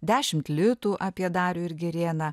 dešimt litų apie dariui ir girėną